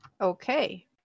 Okay